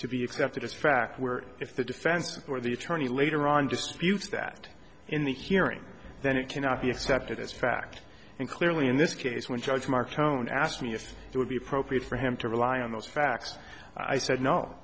to be accepted as fact where if the defense or the attorney later on disputes that in the hearing then it cannot be accepted as fact and clearly in this case when judge mark own asked me if it would be appropriate for him to rely on those facts i said